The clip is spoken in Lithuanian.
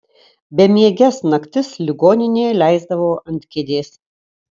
bemieges naktis ligoninėje leisdavau ant kėdės